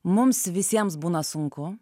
mums visiems būna sunku